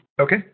Okay